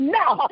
now